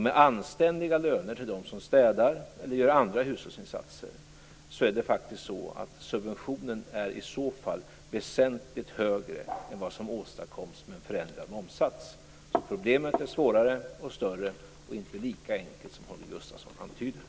Med anständiga löner till dem som städar eller gör andra hushållsinsatser är subventionen i så fall väsentligt högre än vad som åstadkoms med en förändrad momssats. Problemet är alltså svårare och större och inte lika enkelt som Holger Gustafsson antyder.